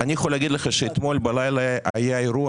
אני יכול להגיד לך שאתמול בלילה היה אירוע